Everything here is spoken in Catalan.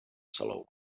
salou